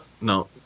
no